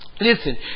listen